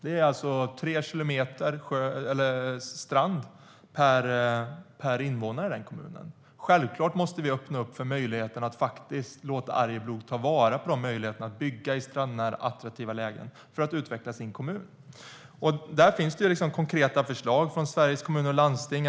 Det finns 3 kilometer strand per invånare i den kommunen. Självklart måste vi öppna upp för möjligheten att låta Arjeplog ta vara på möjligheterna att bygga i strandnära, attraktiva lägen för att utveckla sin kommun. Det finns konkreta förslag från Sveriges Kommuner och Landsting.